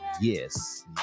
yes